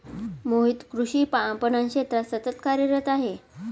मोहित कृषी पणन क्षेत्रात सतत कार्यरत आहे